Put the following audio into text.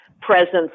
presence